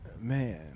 Man